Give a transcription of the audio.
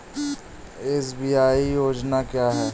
SBI YONO क्या है?